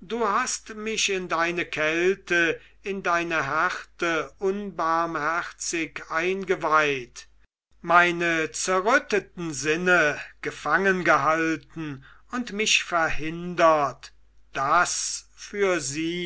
du hast mich in deine kälte in deine härte unbarmherzig eingeweiht meine zerrütteten sinne gefangengehalten und mich verhindert das für sie